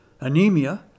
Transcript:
anemia